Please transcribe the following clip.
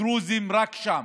דרוזים שם.